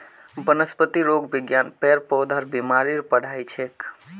वनस्पतिरोग विज्ञान पेड़ पौधार बीमारीर पढ़ाई छिके